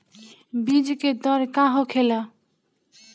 बीज के दर का होखेला?